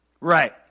Right